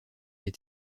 les